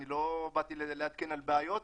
אני לא באתי לעדכן על בעיות,